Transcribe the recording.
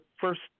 first